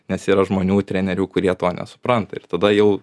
nes yra žmonių trenerių kurie to nesupranta ir tada jau